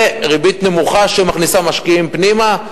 וריבית נמוכה שמכניסה משקיעים פנימה,